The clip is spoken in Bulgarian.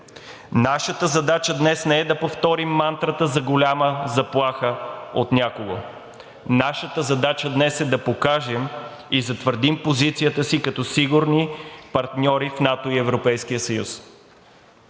Нашата задача днес не е да повторим мантрата за голяма заплаха от някого. Нашата задача днес е да покажем и затвърдим позицията си като сигурни партньори в НАТО и Европейския съюз,